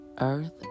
earth